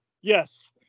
yes